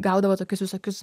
gaudavo tokius visokius